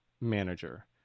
manager